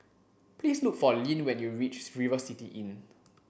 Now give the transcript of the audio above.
please look for Lyn when you reach River City Inn